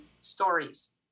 stories